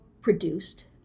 produced